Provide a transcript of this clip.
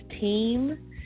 team